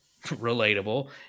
relatable